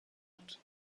بود